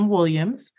Williams